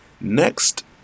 Next